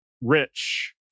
rich